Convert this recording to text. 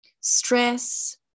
stress